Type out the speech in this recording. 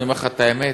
אני אומר לך את האמת,